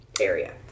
area